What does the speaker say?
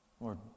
Lord